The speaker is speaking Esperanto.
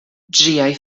ĝiaj